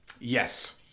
yes